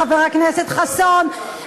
חבר הכנסת חסון,